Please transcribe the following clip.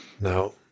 No